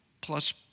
plus